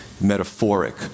metaphoric